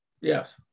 Yes